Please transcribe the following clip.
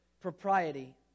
propriety